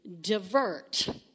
divert